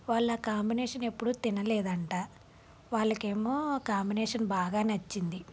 వాళ్ళ కాంబినేషన్ ఎప్పుడూ తినలేదు అంట వాళ్ళకేమో కాంబినేషన్ బాగా నచ్చింది